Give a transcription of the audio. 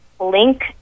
link